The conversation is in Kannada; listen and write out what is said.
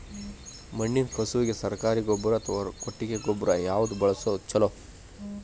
ಮಣ್ಣಿನ ಕಸುವಿಗೆ ಸರಕಾರಿ ಗೊಬ್ಬರ ಅಥವಾ ಕೊಟ್ಟಿಗೆ ಗೊಬ್ಬರ ಯಾವ್ದು ಬಳಸುವುದು ಛಲೋ?